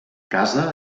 casa